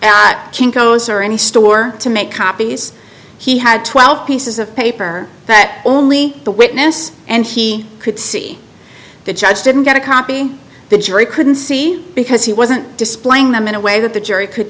at kinko's or any store to make copies he had twelve pieces of paper that only the witness and he could see the judge didn't get a copy the jury couldn't see because he wasn't displaying them in a way that the jury could